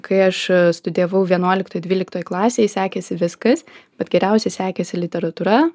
kai aš studijavau vienuoliktoj dvyliktoj klasėj sekėsi viskas bet geriausiai sekėsi literatūra